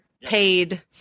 paid